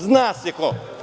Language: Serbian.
Zna se ko.